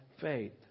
faith